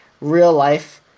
real-life